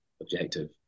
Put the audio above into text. objective